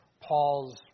Paul's